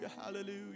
Hallelujah